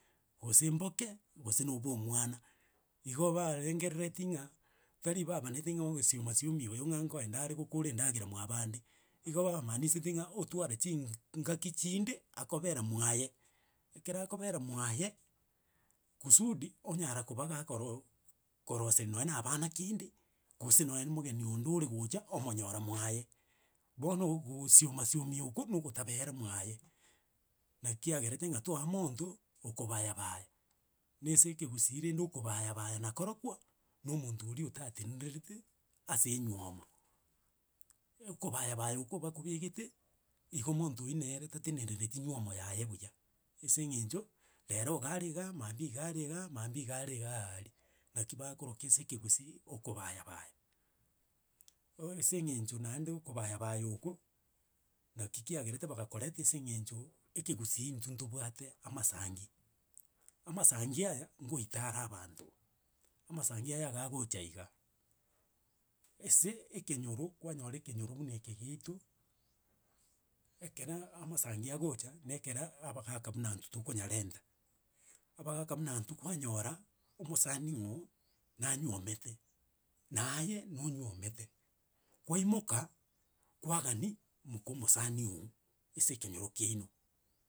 Gose mboke, gose n obwo omwana, igo barengerereti ng'a, tari babaneti ng'a ogosioma siomi, oyo ng'a nkoendare gokora endagera mwa bande, igo bamaaniseti ng'a, otware ching ngaki chinde akobera mwaye. Ekero akobera mwaye, kusudi onyara koba gakoro koroseria nonya na abana kende, gose nonye en omogeni onde ore gocha omonyora mwae. Bono gosioma siomi oko na ogotabera mwaye, naki kiagerete ng'a twaa monto, okobayabaya. Na ase ekegusii rende okobayabaya nakorokwo, na omonto oria otatenenerete ase enyiomo. Okobayabaya okwo bakobegete, igo monto nere tatenenereti nywomo yaye buya, ase eng'encho, rero iga are iga, maambia iga are iga, maambia iga are igaaria. Naki bakoroka ase ekegusii, okobayabaya. Oo ase eng'encho naende okobayabaya okwo, naki kiagerete bagakoreta ase eng'encho ekegusii ntwe ntobwate amasangi. Amasangi aya, ngoita are abanto, amasangi aya iga agocha iga, ase ekenyoro kwanyora ekenyoro buna eke giaito, ekere amasangi agocha, na ekere abagaka buna ntwe tokonyarenta. Abagaka buna ntwe kwanyora, omosani ogo, nanywomete, naye nonywomete, kwaimoka, kwagani moka omosanii ogo, ase ekenyoro kiaino.